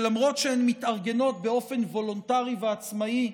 שלמרות שהן מתארגנות באופן וולונטרי ועצמאי,